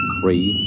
three